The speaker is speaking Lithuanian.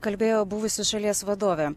kalbėjo buvusi šalies vadovė